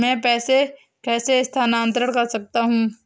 मैं पैसे कैसे स्थानांतरण कर सकता हूँ?